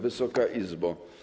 Wysoka Izbo!